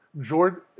Jordan